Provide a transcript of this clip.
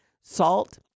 salt